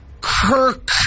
Kirk